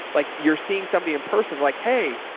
like you're seeing somebody in person like, hey,